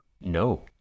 No